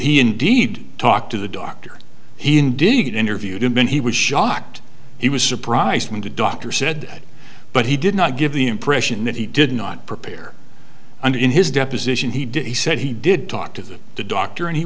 he indeed talked to the doctor he indeed interviewed him and he was shocked he was surprised when the doctor said but he did not give the impression that he did not prepare and in his deposition he did he said he did talk to them the doctor and he